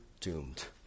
doomed